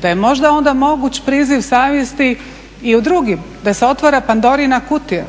da je možda onda moguć priziv savjesti i u drugim da se otvara pandorina kutija